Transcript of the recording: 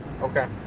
Okay